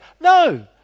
no